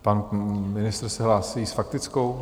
Pan ministr se hlásí s faktickou?